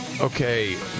okay